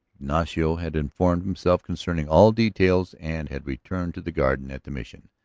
ignacio had informed himself concerning all details and had returned to the garden at the mission.